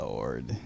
Lord